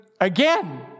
again